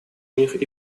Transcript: них